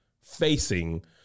facing